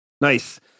Nice